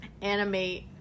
animate